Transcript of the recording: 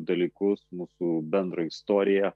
dalykus mūsų bendrą istoriją